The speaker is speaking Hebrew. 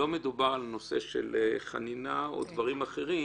לא מדובר על נושא של חנינה או דברים אחרים.